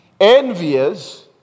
envious